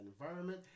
environment